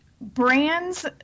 Brands